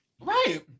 right